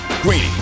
Greeny